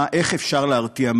איך אפשר להרתיע?